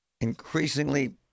increasingly